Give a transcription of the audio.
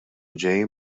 ġejjin